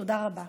תודה רבה.